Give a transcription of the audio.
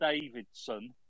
Davidson